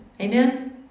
Amen